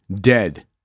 dead